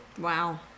Wow